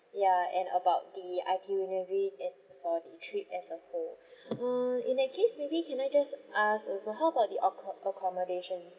ya and about the itinerary as for the trip as a whole uh in that case maybe can I just ask also how about the accom~ accommodations